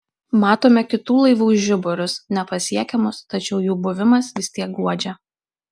matome kitų laivų žiburius nepasiekiamus tačiau jų buvimas vis tiek guodžia